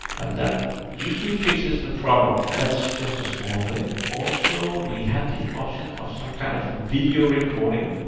and that usually fixes the problem. that's just a small thing. also, we have the option of some kind of video recording,